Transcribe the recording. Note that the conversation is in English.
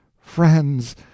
friends